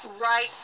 right